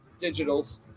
Digitals